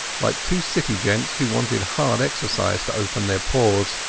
like two city gents who wanted hard exercise to open their pores.